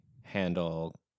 handle